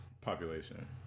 population